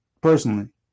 personally